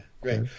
Great